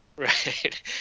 Right